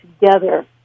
together